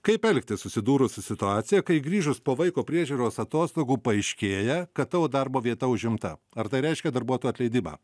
kaip elgtis susidūrus su situacija kai grįžus po vaiko priežiūros atostogų paaiškėja kad tavo darbo vieta užimta ar tai reiškia darbuotojų atleidimą